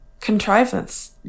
Contrivance